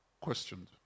questioned